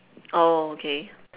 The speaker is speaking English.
oh okay